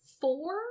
four